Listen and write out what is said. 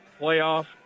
playoff